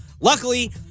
Luckily